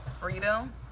freedom